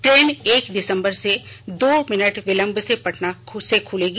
train एक दिसंबर से दो मिनट विलंब से पटना से ख्लेगी